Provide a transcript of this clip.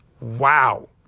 Wow